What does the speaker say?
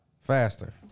faster